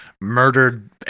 murdered